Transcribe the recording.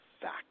fact